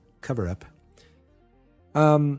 cover-up